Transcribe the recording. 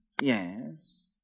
Yes